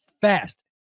fast